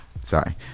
Sorry